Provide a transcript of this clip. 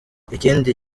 ikindi